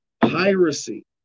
piracy